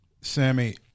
sammy